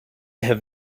have